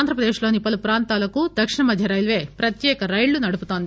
ఆంధ్రప్రదేశ్ లోని పలు ప్రాంతాలకు దక్షిణ మధ్య రైల్వే ప్రత్యేక రైళ్లు నడుపుతోంది